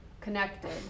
connected